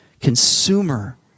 Consumer